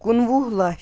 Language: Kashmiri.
کُنوُہ لَچھ